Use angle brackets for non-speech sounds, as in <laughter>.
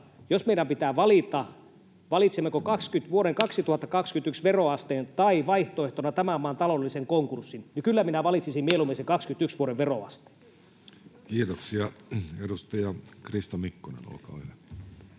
jos meidän pitää valita, valitsemmeko <noise> vuoden 2021 veroasteen tai vaihtoehtona tämän maan taloudellisen konkurssin, niin kyllä minä valitsisin mieluummin sen vuoden 21 veroasteen. [Speech 53] Speaker: Jussi Halla-aho